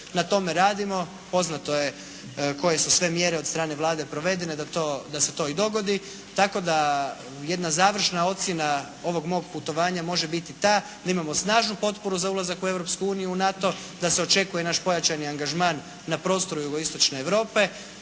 na tome radimo. Poznato je koje su sve mjere od strane Vlade provedene da se to i dogodi tako da jedna završna ocjena ovog mog putovanja može biti ta da imamo snažnu potporu za ulazak u Europsku uniju, u NATO, da se očekuje naš pojačani angažman na prostoru jugoistočne Europe,